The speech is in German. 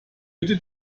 bitte